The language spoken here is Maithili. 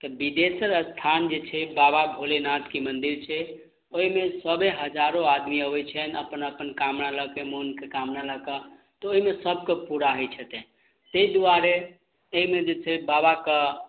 तऽ विदेश्वर स्थान जे छै बाबा भोलेनाथके मन्दिर छै ओहिमे सभे हजारो आदमी अबैत छनि अपन अपन कामना लऽके मनके कामना लऽ कऽ तऽ ओहिमे सबकऽ पूरा होइत छथिन तहि दुआरे एहिमे जे छै बाबा कऽ